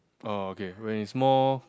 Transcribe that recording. orh okay when it's more